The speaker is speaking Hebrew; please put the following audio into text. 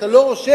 אתה לא רושם,